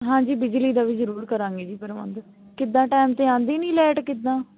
ਹਾਂਜੀ ਬਿਜਲੀ ਦਾ ਵੀ ਜ਼ਰੂਰ ਕਰਾਂਗੇ ਜੀ ਪ੍ਰਬੰਧ ਕਿੱਦਾਂ ਟਾਈਮ 'ਤੇ ਆਉਂਦੀ ਨਹੀਂ ਲਾਈਟ ਕਿੱਦਾਂ